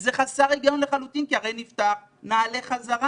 זה חסר היגיון לחלוטין כי הרי כשנפתח נעלה חזרה.